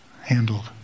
handled